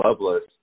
Loveless